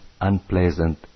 unpleasant